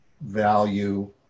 value